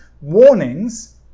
warnings